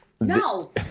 No